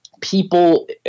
people